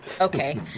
Okay